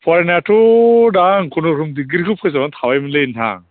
फरायनायाथ' दा आं खुनुरुखुम दिग्रिखौ फोजोबनानै थाबायमोनलै नोंथां